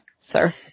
sir